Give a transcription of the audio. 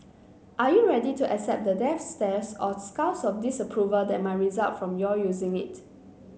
are you ready to accept the death stares or scowls of disapproval that might result from your using it